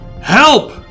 Help